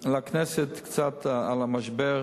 הכנסת קצת על המשבר,